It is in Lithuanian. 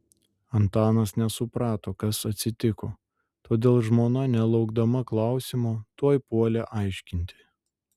antanas nesuprato kas atsitiko todėl žmona nelaukdama klausimo tuoj puolė aiškinti